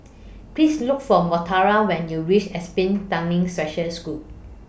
Please Look For Montana when YOU REACH Apsn Tanglin Special School